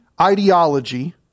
ideology